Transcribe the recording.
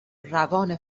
روان